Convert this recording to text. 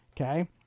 Okay